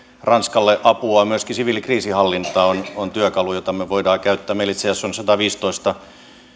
ranskalle apua myöskin siviilikriisihallinta on on työkalu jota me voimme käyttää meillä itse asiassa on sataviisitoista